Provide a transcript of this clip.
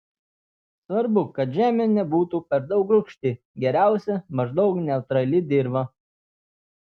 svarbu kad žemė nebūtų per daug rūgšti geriausia maždaug neutrali dirva